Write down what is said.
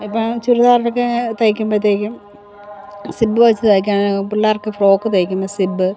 ഇപ്പം ചുരിദാറിനൊക്കെ തയ്ക്കുമ്പഴ്ത്തേക്കും സിബ്ബ് വെച്ച് തൈക്കാൻ പിള്ളേർക്ക് ഫ്രോക്ക് തയ്ക്കുമ്പോൾ സിബ്ബ്